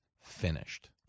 finished